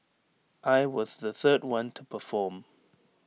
I was the third one to perform